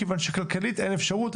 מפני שכלכלית אין אפשרות,